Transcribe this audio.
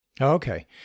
Okay